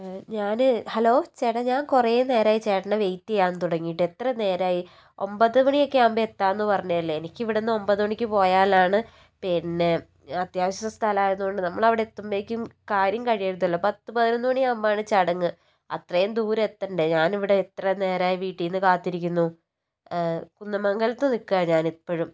ഞാൻ ഹലോ ചേട്ടാ ഞാന് കുറേനേരമായി ചേട്ടനെ വെയിറ്റ് ചെയ്യാൻ തുടങ്ങിയിട്ട് എത്ര നേരമായി ഒമ്പത് മണിയൊക്കെ ആകുമ്പോൾ എത്താമെന്നു പറഞ്ഞതല്ലേ എനിക്ക് ഇവിടെ നിന്ന് ഒമ്പത് മണിക്ക് പോയാലാണ് പിന്നെ അത്യാവശ്യ സ്ഥലം ആയതുകൊണ്ട് നമ്മൾ അവിടെ എത്തുമ്പോഴേക്കും കാര്യം കഴിയരുതല്ലോ പത്ത് പതിനൊന്നുമണിയാകുമ്പോഴാണ് ചടങ്ങ് അത്രയും ദൂരം എത്തണ്ടേ ഞാനിവിടെ എത്ര നേരമായി വീട്ടിൽ നിന്ന് കാത്തിരിക്കുന്നു കുന്നമംഗലത്ത് നിൽക്കാ ഞാനിപ്പോഴും